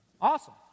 Awesome